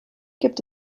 gibt